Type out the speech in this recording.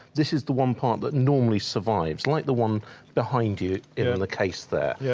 this is the one part that normally survives like the one behind you in the case there. yeah